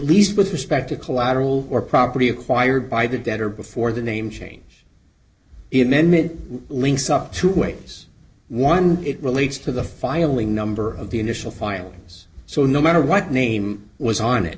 least with respect to collateral or property acquired by the debtor before the name change it mended links up two ways one it relates to the filing number of the initial filings so no matter what name was on it